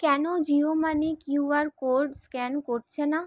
কেন Jio money QR code scan করছে না